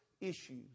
issues